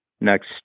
next